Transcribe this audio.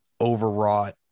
overwrought